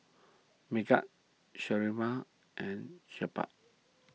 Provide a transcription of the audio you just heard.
Megat Sharifah and Jebat